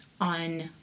on